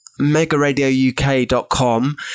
MegaradioUK.com